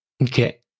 Okay